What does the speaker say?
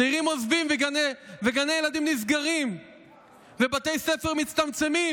צעירים עוזבים וגני ילדים נסגרים ובתי ספר מצטמצמים